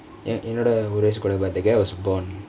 என்னொட ஒறு வயசு கூட:ennoda ennoda oru vayasu kuda but the guy was born